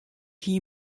hie